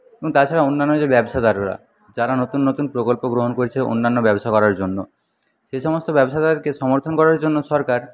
এবং তাছাড়া অন্যান্য যে ব্যবসাদাররা যারা নতুন নতুন প্রকল্প গ্রহণ করছে অন্যান্য ব্যবসা করার জন্য সে সমস্ত ব্যবসাদারকে সমর্থন করার জন্য সরকার